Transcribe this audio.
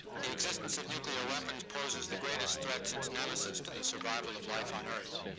the existence of nuclear weapons poses the greatest threat since nemesis to the survival of life on earth.